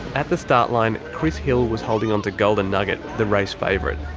at the start line, chris hill was holding onto golden nugget, the race favourite.